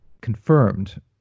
confirmed